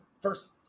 first